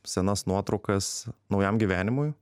senas nuotraukas naujam gyvenimui